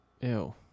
Ew